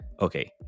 okay